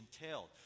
entailed